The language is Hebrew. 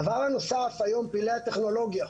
דבר נוסף, היום פלאי הטכנולוגיה.